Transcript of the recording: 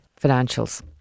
financials